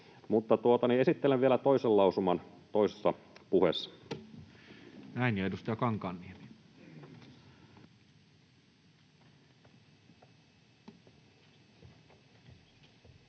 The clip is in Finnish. esittelen vielä toisen lausuman toisessa puheessa.